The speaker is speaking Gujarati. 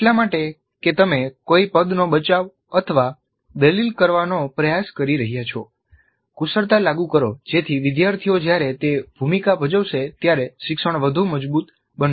તે એટલા માટે કે તમે કોઈ પદનો બચાવદલીલ કરવાનો પ્રયાસ કરી રહ્યા છો કુશળતા લાગુ કરો જેથી વિદ્યાર્થીઓ જ્યારે તે ભૂમિકા ભજવશે ત્યારે શિક્ષણ વધુ મજબૂત બનશે